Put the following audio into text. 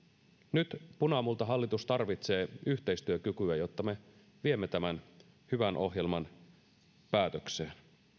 nyt punamultahallitus tarvitsee yhteistyökykyä jotta me viemme tämän hyvän ohjelman päätökseen